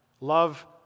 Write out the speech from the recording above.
love